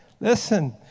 listen